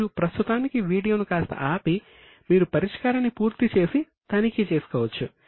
మీరు ప్రస్తుతానికి వీడియోను కాస్త ఆపి మీరు పరిష్కారాన్ని పూర్తి చేసి తనిఖీ చేసుకోవచ్చు